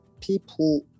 people